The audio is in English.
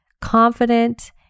confident